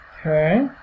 Okay